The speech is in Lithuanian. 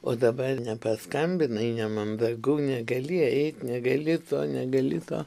o dabar nepaskambinai nemandagu negali eit negali to negali to